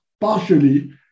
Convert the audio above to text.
partially